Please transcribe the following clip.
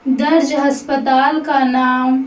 درج ہسپتال کا نام